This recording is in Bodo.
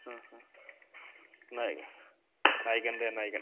ओ हो नायगोन दे नायगोन